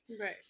Right